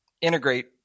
integrate